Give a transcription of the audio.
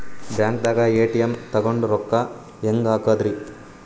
ಬ್ಯಾಂಕ್ದಾಗ ಎ.ಟಿ.ಎಂ ತಗೊಂಡ್ ರೊಕ್ಕ ಹೆಂಗ್ ಹಾಕದ್ರಿ?